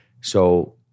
So-